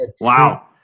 Wow